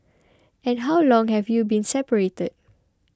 and how long have you been separated